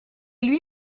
lui